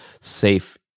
safe